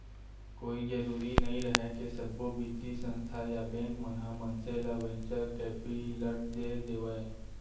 कोई जरुरी नइ रहय के सब्बो बित्तीय संस्था या बेंक मन ह मनसे ल वेंचर कैपिलट दे देवय